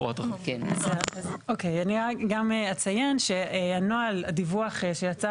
אני גם אציין שנוהל הדיווח שיצא